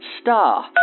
star